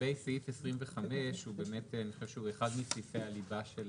לגבי סעיף 25, הוא אחד מסעיפי הליבה של